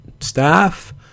staff